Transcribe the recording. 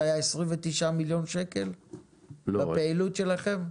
היה 29,000,000 שקלים בפעילות שלכם?